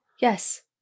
Yes